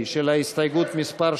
ההסתייגות לא התקבלה.